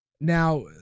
now